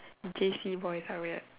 J_C boys are weird